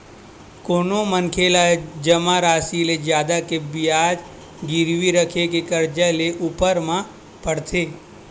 कोनो मनखे ला जमा रासि ले जादा के बियाज गिरवी रखके करजा लेय ऊपर म पड़थे